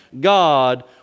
God